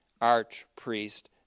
archpriest